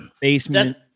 Basement